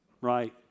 right